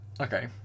Okay